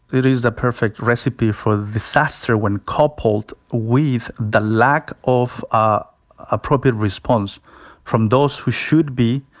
it is a perfect recipe for disaster when coupled with the lack of ah appropriate response from those who should be,